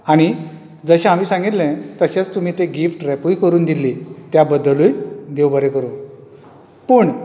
आनी जशे हांवें सांगिल्ले तशेंच तुमी ते गिफ्ट रॅप करून दिली त्या बद्दलूय देव बरें करूं पूण